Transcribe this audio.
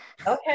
okay